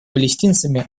палестинцами